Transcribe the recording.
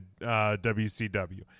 WCW